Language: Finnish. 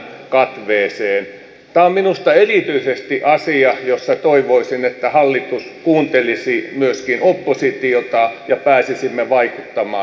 tämä on minusta erityisesti asia jossa toivoisin että hallitus kuuntelisi myöskin oppositiota ja pääsisimme vaikuttamaan